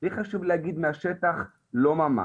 לי חשוב להגיד מהשטח לא ממש.